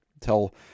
tell